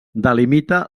delimita